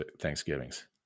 Thanksgivings